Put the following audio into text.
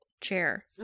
chair